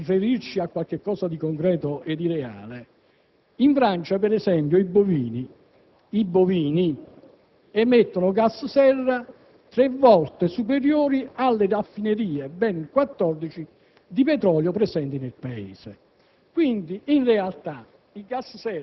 Presidente - tanto per riferirci a qualcosa di concreto e di reale - in Francia, per esempio, i bovini emettono gas serra tre volte superiori alle raffinerie di petrolio, ben 14, presenti nel Paese.